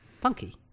funky